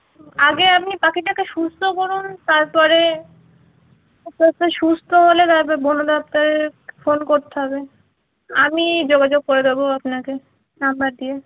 আগে আপনি পাখিটাকে সুস্থ করুন তারপরে আস্তে আস্তে সুস্থ হলে তারপর বলুন আপনার ফোন করতে হবে আমি যোগাযোগ করে দেবো আপনাকে নম্বর দিয়ে